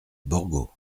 borgo